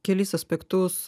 kelis aspektus